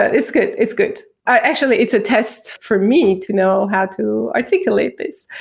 ah it's good. it's good. actually, it's a test for me to know how to articulate this.